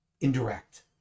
indirect